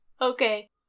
Okay